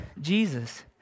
Jesus